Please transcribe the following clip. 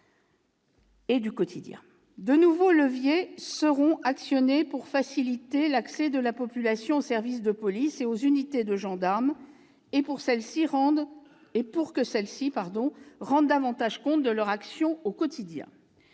De nouveaux leviers seront actionnés pour faciliter l'accès de la population aux services de police et aux unités de gendarmerie, et pour que ceux-ci rendent davantage compte de leur action au quotidien.